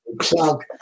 plug